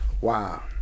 Wow